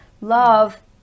Love